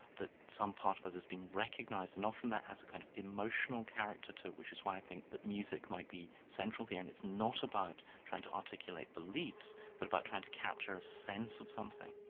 that some part of us has been recognised, and often that has a kind of emotional character to it, which is why i think that music might be central here, and it's not about trying to articulate beliefs but about trying to capture a sense of something.